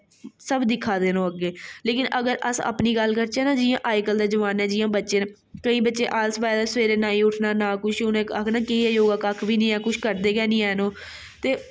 सब दिक्खा दे ओह् अग्गें लेकिन अगर अस अपनी गल्ल करचै ना जि'यां अजकल्ल दे जमाने जि'यां बच्चें न केईं बच्चें आलस पाए दा सवैरे नेईं उट्ठना ना कुछ उ'नें आखना केह् ऐ योगा कक्ख बी नेईं ऐ कुछ करदे गै नेईं हैन ओह् ते